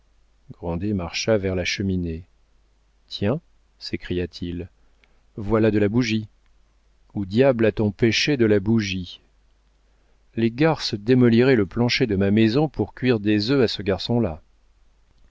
marcha vers la cheminée tiens s'écria-t-il voilà de la bougie où diable a-t-on pêché de la bougie les garces démoliraient le plancher de ma maison pour cuire des œufs à ce garçon-là